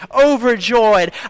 overjoyed